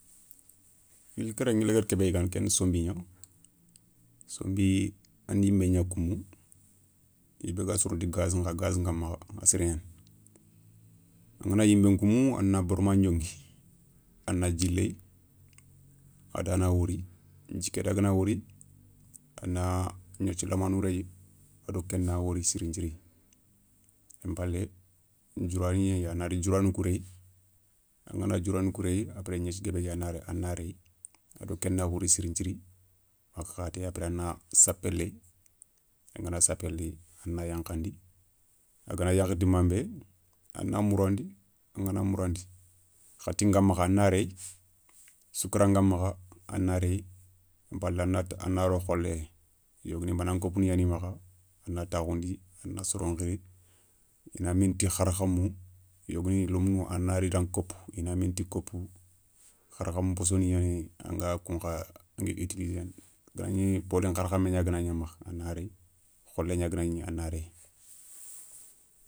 Yilé kéréyé nga léguéri kébé yigana ké ni sonbi gna, sonbi a na yinbé gna koumou i bé raga soréné ti gazi gamakha a siré gnani. an gana yinbé nkoumou a na barma ndiongui a na dji léye a da na wori dji ké da gana wori a na gnéthiou lamanou réyi a do kéna wori sirin thirin. Ken palé diourani yéyi a na diourani kou réye angana diourani kouréye apres gniéthié guébé ké a na ri a na réyi a do ké na wori sirin nthiry maga khaté apres a na sapé léye angana sapé léyi a na yankhandi a ga na yankha dimanbé a na mourandi, an gana mourandi khati nga makha a na réye soukar nga makha a na réye ken palé a na, a na ro kholé yogoni banan kopouni gnani makha inda takhoundi a na soron khiri i na mini ti kharakhamou yogoni lémounou a na ri daηa kopou i na minni ti kopou. Kharakhan nposso ni yani anga kounkha angui utiliséne, ganagni polin nkharakhamé gnaga makha a na réyi. kholé gna gana gni a na réyi.